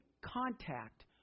contact